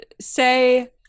say